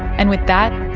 and with that,